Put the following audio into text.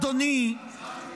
אדוני,